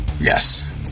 Yes